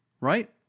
Right